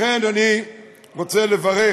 לכן, אדוני, אני רוצה לברך